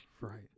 Right